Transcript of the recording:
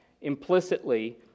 implicitly